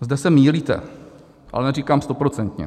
Zde se mýlíte, ale neříkám stoprocentně.